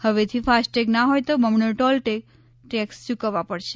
હવેથી ફાસ્ટેગ ના હોય તો બમણો ટોલ યુકવવા પડશે